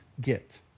get